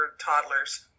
toddlers